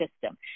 system